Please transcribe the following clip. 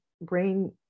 brain